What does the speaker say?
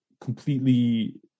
completely